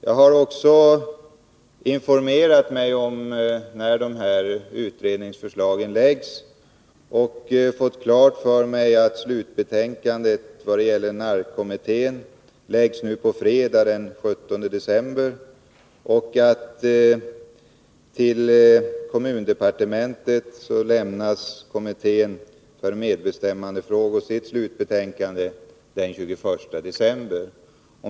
Jag har också informerat mig om när de pågående utredningarna tänker lägga fram sina förslag och fått klart för mig att nya arbetsrättskommitténs slutbetänkande överlämnas nu på fredag den 17 december och att kommittén för medbestämmandefrågor lämnar sitt slutbetänkande den 21 december.